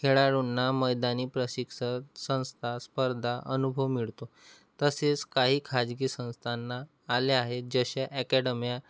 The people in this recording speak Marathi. खेळाडूंना मैदानी प्रशिक्षक संस्था स्पर्धा अनुभव मिळतो तसेच काही खाजगी संस्थांना आले आहेत जश्या ॲकॅडम्या